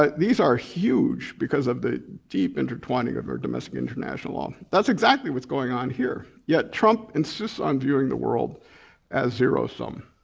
ah these are huge because of the deep intertwining of our domestic-international law. that's exactly what's going on here yet trump insists on viewing the world as zero sum.